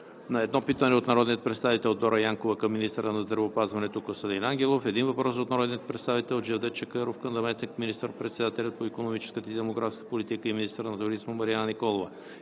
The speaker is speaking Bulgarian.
- едно питане от народния представител Дора Янкова към министъра на здравеопазването Костадин Ангелов; - един въпрос от народния представител Джевдет Чакъров към заместник министър-председателя по икономическата и демографската политика и министър на туризма Марияна Николова;